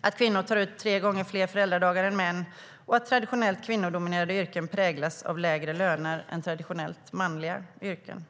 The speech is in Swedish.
att kvinnor tar ut tre gånger fler föräldradagar än män och att traditionellt kvinnodominerade yrken präglas mer av lägre löner än traditionellt manliga yrken.